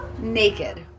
naked